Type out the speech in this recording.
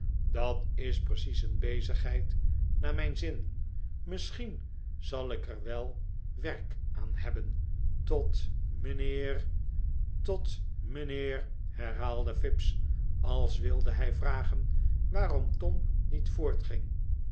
dat is precies een bezigheid naar mijn zin misschien zal ik er wel werk aan hebto t mijnheer tot mijnheer herhaalde fips als wilde hij vragen waarom tom niet voortging